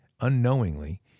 unknowingly